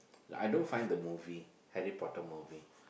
I don't find the movie Harry-Potter movie